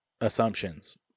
assumptions